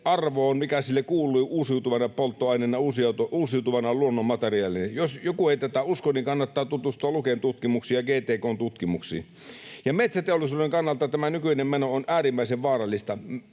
arvoon, mikä sille kuuluu uusiutuvana polttoaineena, uusiutuvana luonnonmateriaalina. Jos joku ei tätä usko, niin kannattaa tutustua Luken ja GTK:n tutkimuksiin. Metsäteollisuuden kannalta tämä nykyinen meno on äärimmäisen vaarallista.